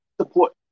support